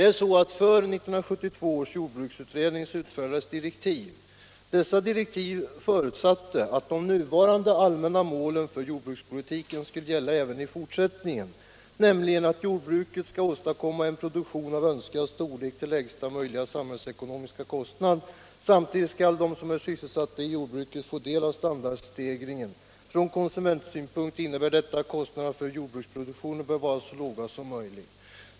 För 1972 års jordbruksutredning utfärdades direktiv som förutsatte att de nuvarande allmänna målen för jordbrukspolitiken skulle gälla även i fortsättningen, nämligen att jordbruket skall åstadkomma en produktion av önskvärd storlek till lägsta möjliga samhällsekonomiska kostnad och att de som är sysselsatta i jordbruket samtidigt skall få del av standardstegringen. Från konsumentsynpunkt innebär detta att kostnaderna för jordbruksproduktionen bör vara så låga som möjligt.